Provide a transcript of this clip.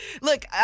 look